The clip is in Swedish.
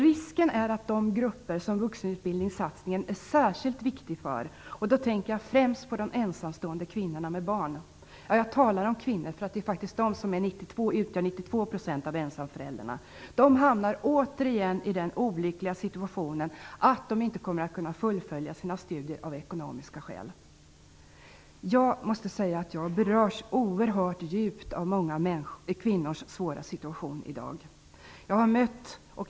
Risken är att de grupper som vuxenutbildningssatsningen är särskilt viktig för - jag tänker då främst på de ensamstående kvinnorna med barn, och jag talar om kvinnor eftersom de utgör 92 % av ensamföräldrarna - återigen hamnar i den olyckliga situationen att de av ekonomiska skäl inte kommer att kunna fullfölja sina studier. Jag berörs oerhört djupt av många kvinnors svåra situation i dag.